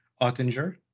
Ottinger